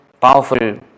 powerful